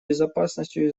безопасностью